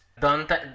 dante